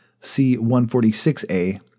C-146A